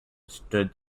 stood